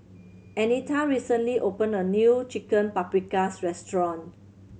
Anita recently opened a new Chicken Paprikas Restaurant